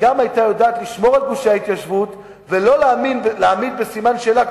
וגם היתה יודעת לשמור על גושי ההתיישבות ולא להעמיד בסימן שאלה,